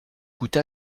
coûte